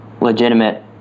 legitimate